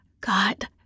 God